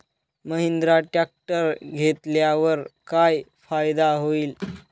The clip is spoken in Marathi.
महिंद्रा ट्रॅक्टर घेतल्यावर काय फायदा होईल?